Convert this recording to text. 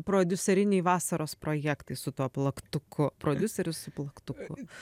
prodiuseriniai vasaros projektai su tuo plaktuku prodiuseris su plaktu